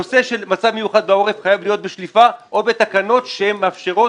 הנושא של מצב מיוחד חייב להיות בשליפה או בתקנות שהן מאפשרות